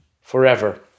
forever